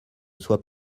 soient